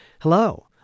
Hello